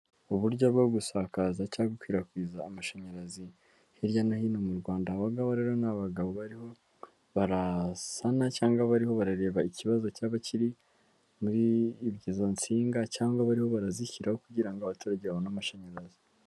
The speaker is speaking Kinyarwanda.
Uburyo bwo gusakaza cyangwa gukwirakwiza amashanyarazi, hirya no hino mu Rwanda, aba ngaba rero ni abagabo bariho barasana cyangwa bariho barareba ikibazo cyaba kiri muri izo nsinga, cyangwa abaho barazishyiraho kugira ngo abaturage babone amashanyarazi.